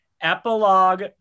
epilogue